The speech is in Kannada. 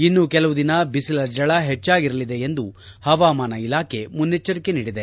ಇನ್ನೂ ಕೆಲವು ದಿನ ಬಿಸಿಲ ಝಳ ಹೆಚ್ಚಾಗಿರಲಿದೆ ಎಂದು ಹವಾಮಾನ ಇಲಾಖೆ ಮುನ್ನೆಚ್ಚರಿಕೆ ನೀಡಿದೆ